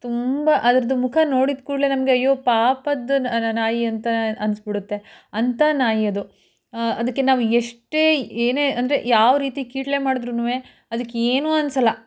ತುಂಬ ಅದರದ್ದು ಮುಖ ನೋಡಿದ ಕೂಡಲೇ ನಮಗೆ ಅಯ್ಯೋ ಪಾಪದ್ದು ನಾಯಿ ಅಂತ ಅನ್ಸಿಬಿಡುತ್ತೆ ಅಂಥ ನಾಯಿ ಅದು ಅದಕ್ಕೆ ನಾವು ಎಷ್ಟೇ ಏನೇ ಅಂದರೆ ಯಾವ ರೀತಿ ಕೀಟಲೆ ಮಾಡಿದ್ರುನು ಅದಕ್ಕೇನು ಅನ್ಸೋಲ್ಲ